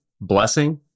Blessing